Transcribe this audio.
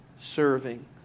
serving